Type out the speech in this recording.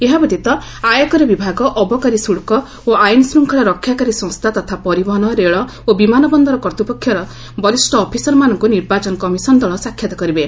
ଏହା ବ୍ୟତୀତ ଆୟକର ବିଭାଗ ଅବକାରୀ ଶୁଳ୍କ ଓ ଆଇନ ଶ୍ଚିଙ୍ଖଳାରକ୍ଷାକାରୀ ସଂସ୍ଥା ତଥା ପରିବହନ ରେଳ ଓ ବିଧାନ ବନ୍ଦର କର୍ତ୍ତ୍ୱପକ୍ଷର ବରିଷ୍ଣ ଅଫିସରମାନଙ୍କୁ ନିର୍ବାଚନ କମିଶନ ଦଳ ସାକ୍ଷାତ କରିବେ